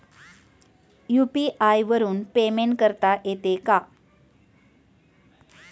UPI वरून payment करता येते का?